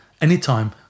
anytime